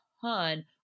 ton